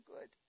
good